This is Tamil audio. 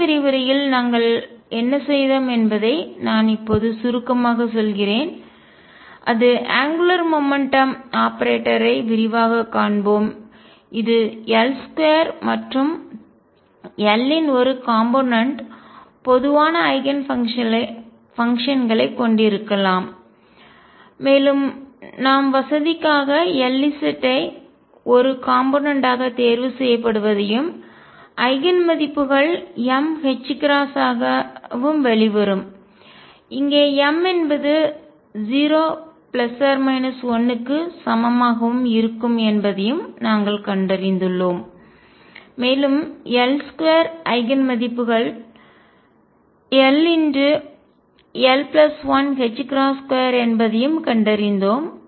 இந்த விரிவுரையில் நாங்கள் என்ன செய்தோம் என்பதை நான் இப்போது சுருக்கமாக சொல்கிறேன் அது அங்குலார் மொமெண்ட்டம் கோண உந்தம் ஆபரேட்டரை விரிவாகக் காண்போம் இது L2 மேலும் L இன் ஒரு காம்போனென்ட் கூறு பொதுவான ஐகன்ஃபங்க்ஷன்களைக் கொண்டிருக்கலாம் மேலும் நாம் வசதிக்காக Lz ஒரு காம்போனென்ட் கூறு ஆக தேர்வுசெய்யப்படுவதையும் ஐகன் மதிப்புகள் m ℏ ஆகவும் வெளிவரும் இங்கே m என்பது 0 1 க்கு சமமாகவும் இருக்கும் என்பதையும் நாங்கள் கண்டறிந்துள்ளோம் மேலும் L2 ஐகன் மதிப்புகள் l l12 என்பதையும் கண்டறிந்தோம்